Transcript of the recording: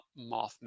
Mothman